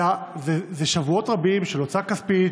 וזה שבועות רבים של הוצאה כספית,